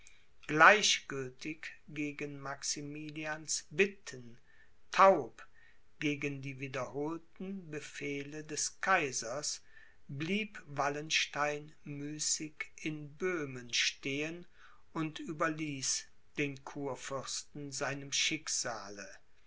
gleichgültig gegen maximilians bitten taub gegen die wiederholten befehle des kaisers blieb wallenstein müßig in böhmen stehen und überließ den kurfürsten seinem schicksale